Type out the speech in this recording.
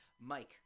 Mike